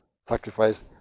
sacrifice